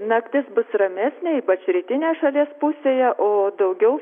naktis bus ramesnė ypač rytinėj šalies pusėje o daugiau